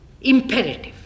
imperative